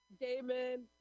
Damon